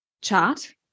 chart